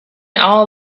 all